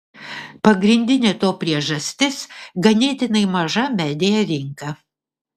pagrindinė to priežastis ganėtinai maža media rinka